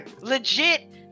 legit